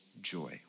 joy